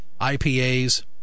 IPAs